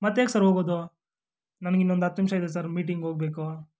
ಮತ್ತೆ ಹೇಗೆ ಸರ್ ಹೋಗೋದು ನನಿಗಿನ್ನೊಂದು ಹತ್ತು ನಿಮಿಷ ಇದೆ ಸರ್ ಮೀಟಿಂಗ್ ಹೋಗಬೇಕು